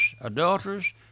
adulterers